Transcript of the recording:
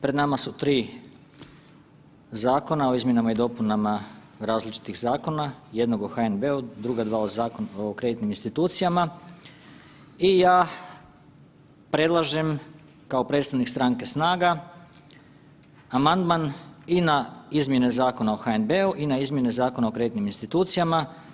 Pred nama su 3 Zakona o izmjenama i dopunama različitih zakona, jednog o HNB-u, druga dva o kreditnim institucijama i ja predlažem kao predstavnik stranke SNAGA amandman i na izmjene Zakona o HNB-a i na izmjene Zakona o kreditnim institucijama.